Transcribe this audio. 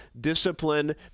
discipline